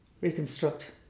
reconstruct